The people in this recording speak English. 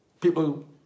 People